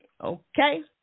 Okay